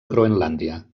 groenlàndia